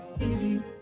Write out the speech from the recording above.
Easy